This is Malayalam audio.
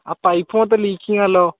ആ പൈപ്പ് മൊത്തം ലീക്കിങ്ങാണല്ലോ